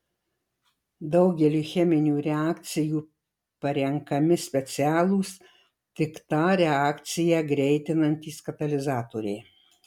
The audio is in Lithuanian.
daugeliui cheminių reakcijų parenkami specialūs tik tą reakciją greitinantys katalizatoriai